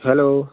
hello